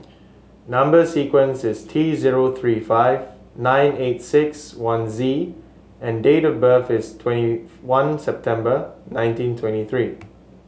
number sequence is T zero three five nine eight six one Z and date of birth is twenty one September nineteen twenty three